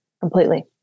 completely